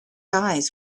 eyes